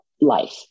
life